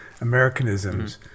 Americanisms